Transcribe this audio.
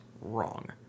Wrong